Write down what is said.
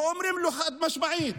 ואומרים: חד-משמעית,